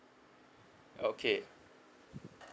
okay